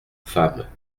femmes